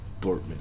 Dortmund